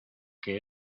que